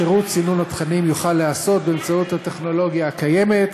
שירות סינון התכנים יוכל להיעשות באמצעות הטכנולוגיה הקיימת,